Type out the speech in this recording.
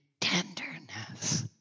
tenderness